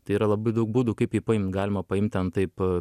tai yra labai daug būdų kaip jį paimt galima paimt ten taip